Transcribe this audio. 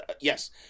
yes